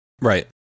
Right